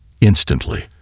Instantly